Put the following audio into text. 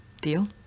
Deal